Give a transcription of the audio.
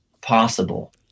possible